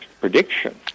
prediction